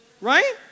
Right